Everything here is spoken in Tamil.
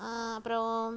அப்புறோம்